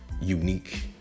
unique